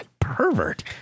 pervert